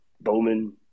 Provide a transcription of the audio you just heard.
Bowman